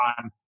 time